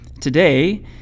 today